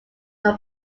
are